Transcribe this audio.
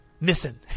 missing